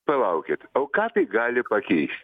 palaukit o ką tai gali pakeis